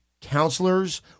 counselors